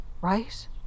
right